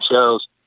shows